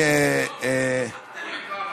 אני אוסיף לך.